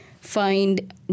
find